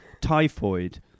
typhoid